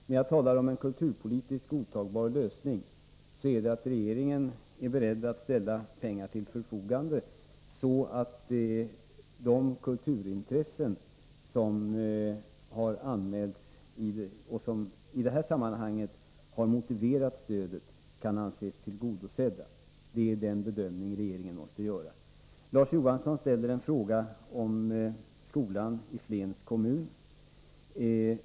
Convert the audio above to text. När jag talar om en kulturpolitiskt godtagbar lösning menar jag att regeringen är beredd att ställa pengar till förfogande, så att de kulturintressen som har anmälts, och som i det här sammanhanget har motiverat stödet, 145 kan anses tillgodosedda. Det är den bedömningen regeringen måste göra. Larz Johansson ställde en fråga om skolan i Flens kommun.